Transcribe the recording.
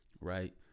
Right